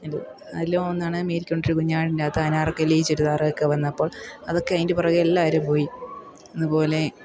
എന്തോ അതിലെ ഒന്നാണ് മേരിക്കുണ്ടൊരു കുഞ്ഞാടിനകത്ത് അനാർക്കലി ചുരിദാറൊക്കെ വന്നപ്പോൾ അതൊക്കെ അതിൻ്റെ പുറകേ എല്ലാവരും പോയി അതുപോലെ